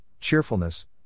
cheerfulness